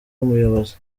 umuyobozi